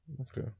Okay